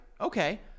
Okay